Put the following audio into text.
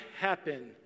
happen